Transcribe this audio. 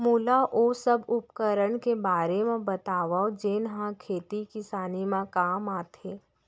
मोला ओ सब उपकरण के बारे म बतावव जेन ह खेती किसानी म काम आथे?